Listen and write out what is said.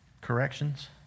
corrections